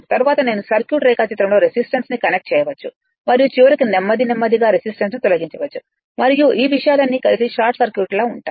తరువాత నేను సర్క్యూట్ రేఖాచిత్రంతో రెసిస్టెన్స్ ని కనెక్ట్ చేయవచ్చు మరియు చివరకు నెమ్మది నెమ్మదిగా రెసిస్టెన్స్ ని తొలగించవచ్చు మరియు ఈ విషయాలన్నీ కలిసి షార్ట్ సర్క్యూట్గా ఉంటాయి